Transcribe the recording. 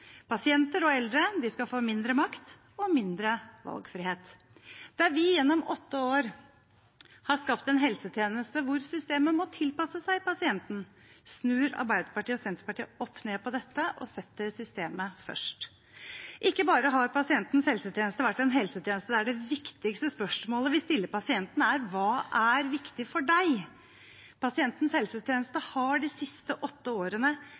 Pasienter og eldre skal få mindre makt og mindre valgfrihet. Der vi gjennom åtte år har skapt en helsetjeneste hvor systemet må tilpasse seg pasienten, snur Arbeiderpartiet og Senterpartiet opp ned på dette og setter systemet først. Ikke bare har pasientens helsetjeneste vært en helsetjeneste der det viktigste spørsmålet vi stiller pasienten, er: Hva er viktig for deg? Pasientens helsetjeneste har de siste åtte årene